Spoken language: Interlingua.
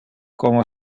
como